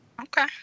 Okay